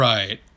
Right